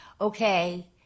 okay